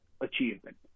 achievement